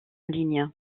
ligne